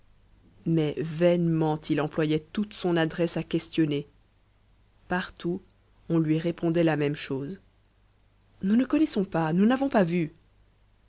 mais vainement il employait toute son adresse à questionner partout on lui répondait la même chose nous ne connaissons pas nous n'avons pas vu